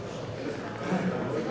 Hvala